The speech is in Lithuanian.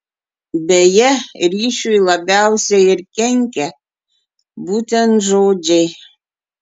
beje ryšiui labiausiai ir kenkia būtent žodžiai